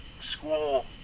school